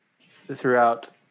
throughout